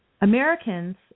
Americans